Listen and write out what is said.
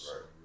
Right